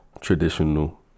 traditional